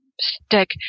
stick